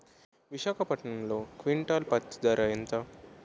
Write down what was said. విశాఖపట్నంలో క్వింటాల్ పత్తి ధర ఎంత?